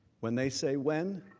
when they say when,